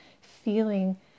feeling